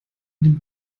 dem